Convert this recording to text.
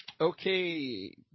Okay